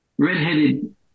red-headed